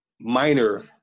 minor